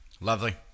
Lovely